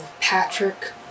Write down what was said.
Patrick